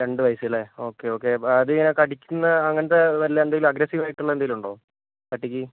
രണ്ട് വയസ്സ് അല്ലേ ഓക്കെ ഓക്കെ അത് ഇങ്ങനെ കടിക്കുന്ന അങ്ങനത്തെ വല്ല എന്തെങ്കിലും അഗ്രസ്സീവായിട്ടുള്ള എന്തെങ്കിലും ഉണ്ടോ പട്ടിക്ക്